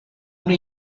una